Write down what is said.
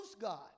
God